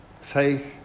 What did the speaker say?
Faith